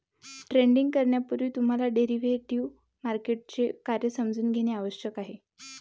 trading करण्यापूर्वी तुम्हाला derivative मार्केटचे कार्य समजून घेणे आवश्यक आहे